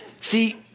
see